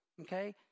okay